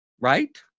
Right